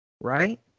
right